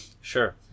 Sure